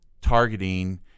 targeting